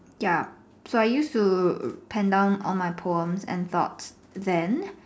ya so I used pen all my poems and thoughts then